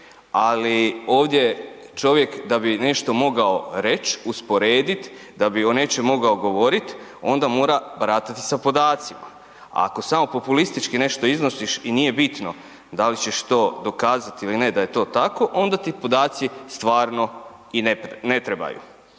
ali ovdje čovjek da bi nešto mogao reć, usporedit, da bi o nečem mogao govorit, onda mora baratati sa podacima, a ako samo populistički nešto iznosiš i nije bitno da li ćeš to dokazat ili ne da je to tako, onda ti podaci i stvarno ne trebaju,